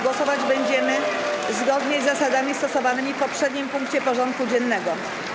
Głosować będziemy zgodnie z zasadami stosowanymi w poprzednim punkcie porządku dziennego.